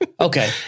Okay